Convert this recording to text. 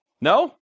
No